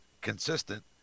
consistent